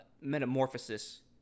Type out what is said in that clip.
metamorphosis